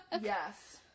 yes